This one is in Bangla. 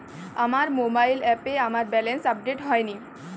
আমার মোবাইল অ্যাপে আমার ব্যালেন্স আপডেট হয়নি